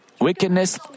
wickedness